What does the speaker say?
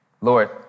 Lord